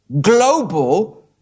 global